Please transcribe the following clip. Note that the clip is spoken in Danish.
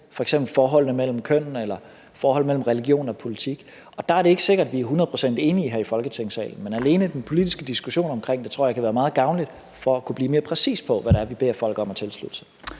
eller forholdet mellem religion og politik. Der er det ikke sikkert, at vi er hundrede procent enige her i Folketingssalen, men alene den politiske diskussion om det tror jeg kan være meget gavnlig for at kunne blive mere præcis på, hvad det er, vi beder folk om at tilslutte sig.